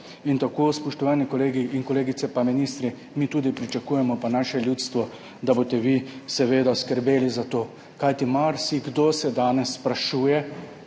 In tako, spoštovani kolegi in kolegice pa ministri, mi tudi pričakujemo, pa naše ljudstvo, da boste vi seveda skrbeli za to. Kajti marsikdo se danes sprašuje,